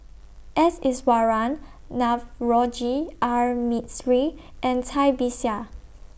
S Iswaran Navroji R Mistri and Cai Bixia